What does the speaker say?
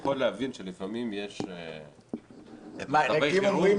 אני יכול להבין שלפעמים יש מצבי חירום --- אם אומרים